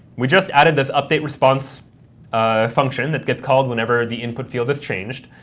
we just added this update response function that gets called whenever the input field is changed.